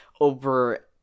over